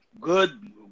good